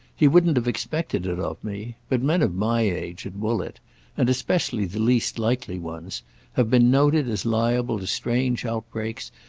he wouldn't have expected it of me but men of my age, at woollett and especially the least likely ones have been noted as liable to strange outbreaks,